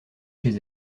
chez